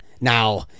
now